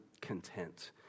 content